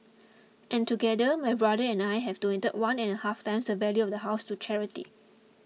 and together my brother and I have donated one and a half times the value of the house to charity